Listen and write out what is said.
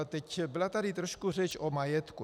Teď byla tady trošku řeč o majetku.